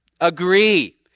agree